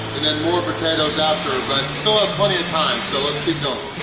and then more potatoes after but, still have plenty of time, so let's keep going.